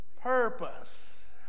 purpose